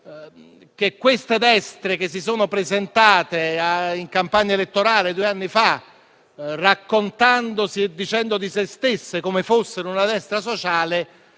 che queste destre, che si sono presentate in campagna elettorale due anni fa raccontando di se stesse come fossero una destra sociale,